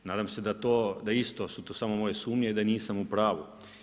Nadam se da to, da isto su to samo moje sumnje i da nisam u pravu.